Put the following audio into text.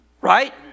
Right